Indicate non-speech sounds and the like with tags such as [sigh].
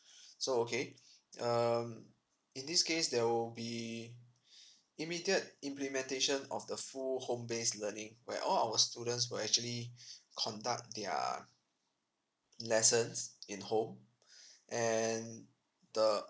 [breath] so okay [breath] um in this case there will be [breath] immediate implementation of the full home based learning where all our students will actually [breath] conduct their lessons in home [breath] and the